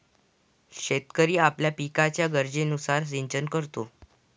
शेतकरी आपल्या पिकाच्या गरजेनुसार सिंचन करतो